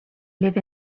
live